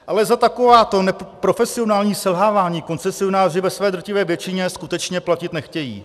Ale za takováto profesionální selhávání koncesionáři ve své drtivé většině skutečně platit nechtějí.